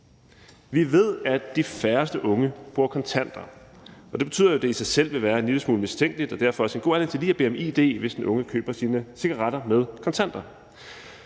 Vi ved, at de færreste unge bruger kontanter, og det betyder jo, at det i sig selv vil være en lille smule mistænkeligt og derfor også en god anledning til lige at bede om id, hvis den unge køber sine cigaretter og betaler